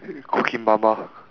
cooking mama